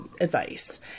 advice